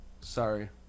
Sorry